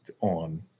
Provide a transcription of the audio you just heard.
on